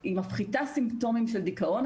היא מפחיתה סימפטומים של דיכאון.